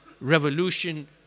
revolution